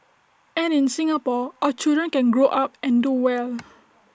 and in Singapore our children can grow up and do well